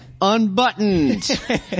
unbuttoned